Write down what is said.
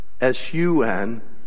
S-U-N